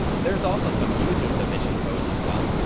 there's also some user submission codes as well,